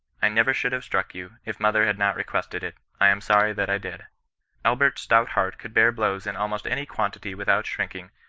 i never should have struck you, if mother had not requested it. i am sorry that i did albert's stout heart could bear blows in almost any quantity without shrinking,